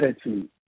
attitude